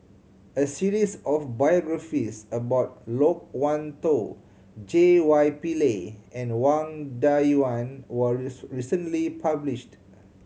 a series of biographies about Loke Wan Tho J Y Pillay and Wang Dayuan recently published